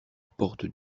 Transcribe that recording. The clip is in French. portes